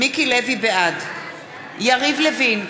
בעד יריב לוין,